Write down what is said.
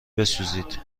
بسوزید